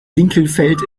winkelfeld